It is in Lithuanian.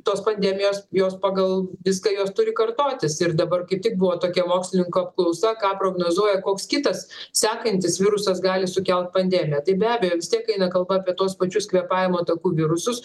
tos pandemijos jos pagal viską jos turi kartotis ir dabar kaip tik buvo tokia mokslininkų apklausa ką prognozuoja koks kitas sekantis virusas gali sukelt pandemiją tai be abejo vis tiek eina kalba apie tuos pačius kvėpavimo takų virusus